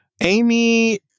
Amy